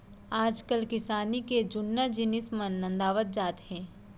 आजकाल किसानी के जुन्ना जिनिस मन नंदावत जात हें